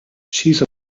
she